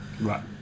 Right